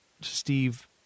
Steve